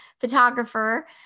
photographer